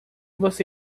você